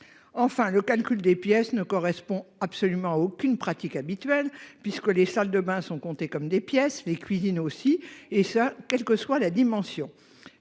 Enfin le calcul des pièces ne correspond absolument aucune pratique habituelle puisque les salles de bain sont comptés comme des pièces les cuisines aussi et ça, quelle que soit la dimension